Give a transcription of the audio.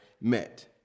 met